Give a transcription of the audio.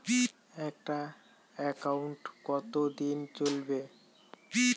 একটা একাউন্ট কতদিন চলিবে?